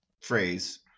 phrase